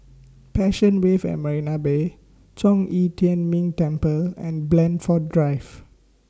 Passion Wave At Marina Bay Zhong Yi Tian Ming Temple and Blandford Drive